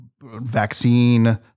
vaccine